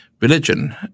religion